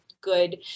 good